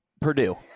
Purdue